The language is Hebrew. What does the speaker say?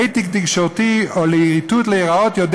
רייטינג תקשורתי או להיטות להיראות יודע